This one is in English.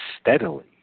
steadily